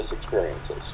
experiences